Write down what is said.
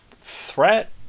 threat